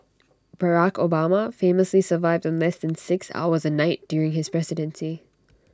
Barack Obama famously survived on less than six hours A night during his presidency